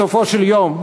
בסופו של יום,